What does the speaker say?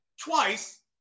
twice